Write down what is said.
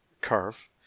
curve